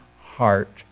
heart